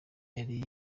yari